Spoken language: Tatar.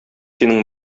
синең